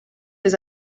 des